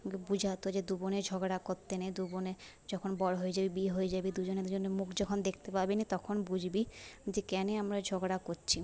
বোঝাতো যে দু বোনে ঝগড়া করতে নেই দু বোনে যখন বড় হয়ে যাবি বিয়ে হয়ে যাবে দুজনে দুজনের মুখ যখন দেখতে পাবিনি তখন বুঝবি যে ক্যানে আমরা ঝগড়া করছি